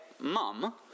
mum